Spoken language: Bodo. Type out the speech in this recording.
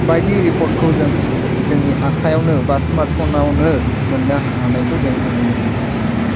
बायदि रिपर्टखौ जों जोंनि आखाइआवनो स्मार्टफनावनो मोननो हानायखौ जों नुनो मोन्दों